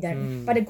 mm